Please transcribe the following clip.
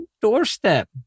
doorstep